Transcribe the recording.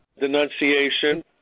denunciation